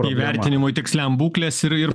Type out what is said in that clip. įvertinimui tiksliam būklės ir ir